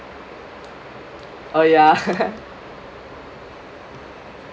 oh ya